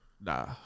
Nah